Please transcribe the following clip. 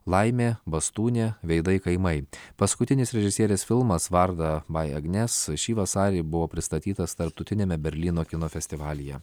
laimė bastūnė veidai kaimai paskutinis režisierės filmas varda bai agnes šį vasarį buvo pristatytas tarptautiniame berlyno kino festivalyje